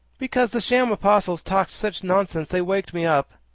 because the sham apostles talked such nonsense, they waked me up.